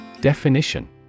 Definition